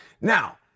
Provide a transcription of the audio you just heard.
Now